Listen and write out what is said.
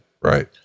Right